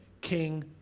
king